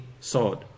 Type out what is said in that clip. sword